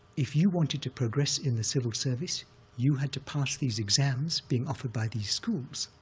if you wanted to progress in the civil service you had to pass these exams being offered by these schools,